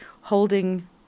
holding